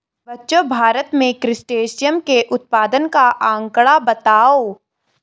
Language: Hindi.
बच्चों भारत में क्रस्टेशियंस के उत्पादन का आंकड़ा बताओ?